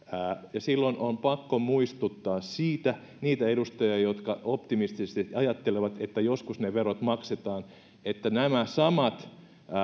silloin on pakko muistuttaa siitä niitä edustajia jotka optimistisesti ajattelevat että joskus ne verot maksetaan että nämä samat